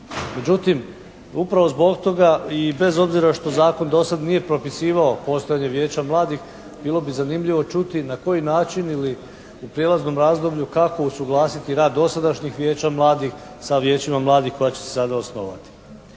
Međutim, upravo zbog toga i bez obzira što zakon do sada nije propisivao postojanje vijeća mladih bilo bi zanimljivo čuti na koji način ili u prijelaznom razdoblju kako usuglasiti rad dosadašnjih vijeća mladih sa vijećima mladih koja će se sada osnovati.